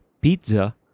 pizza